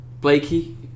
Blakey